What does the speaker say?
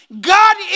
God